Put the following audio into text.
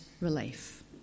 relief